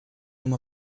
uma